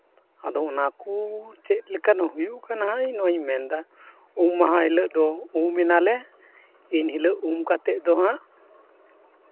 ᱟᱫᱚ ᱚᱱᱟᱠᱚ ᱪᱮᱫ ᱞᱮᱠᱟᱱ ᱦᱩᱭᱩᱜ ᱠᱟᱱᱟ ᱤᱧ ᱱᱚᱣᱟᱧ ᱢᱮᱱᱫᱟ ᱩᱢ ᱢᱟᱦᱟ ᱦᱤᱞᱳᱜ ᱫᱚ ᱩᱢ ᱮᱱᱟᱞᱮ ᱮᱱᱦᱤᱞᱳᱜ ᱩᱢ ᱠᱟᱛᱮᱫ ᱫᱚ ᱦᱟᱸᱜ